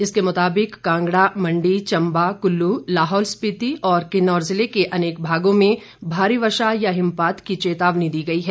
इसके मुताबिक कांगड़ा मंडी चम्बा कुल्लू लाहौल स्पीति और किन्नौर जिले के अनेक भागों में भारी वर्षा या हिमपात की चेतावनी दी गई है